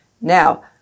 Now